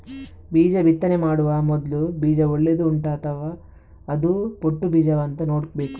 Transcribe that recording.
ಬೀಜ ಬಿತ್ತನೆ ಮಾಡುವ ಮೊದ್ಲು ಬೀಜ ಒಳ್ಳೆದು ಉಂಟಾ ಅಥವಾ ಅದು ಪೊಟ್ಟು ಬೀಜವಾ ಅಂತ ನೋಡ್ಬೇಕು